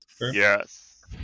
Yes